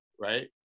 right